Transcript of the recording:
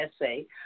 essay